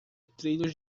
trilhos